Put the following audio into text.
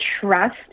trust